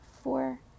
four